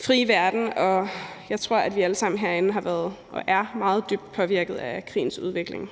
frie verden, og jeg tror, at vi alle sammen herinde har været og er meget dybt påvirket af krigens udvikling,